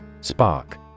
Spark